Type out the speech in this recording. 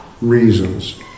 reasons